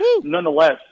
Nonetheless